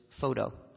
photo